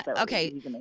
Okay